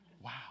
wow